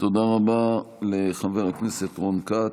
תודה רבה לחבר הכנסת רון כץ.